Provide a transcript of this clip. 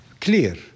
clear